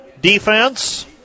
defense